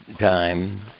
time